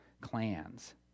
clans